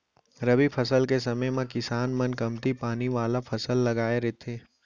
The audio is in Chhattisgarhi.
रबी फसल के समे म किसान मन कमती पानी वाला फसल लगाए रथें